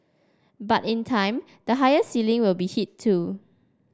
but in time the higher ceiling will be hit too